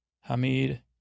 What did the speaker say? Hamid